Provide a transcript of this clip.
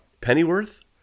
Pennyworth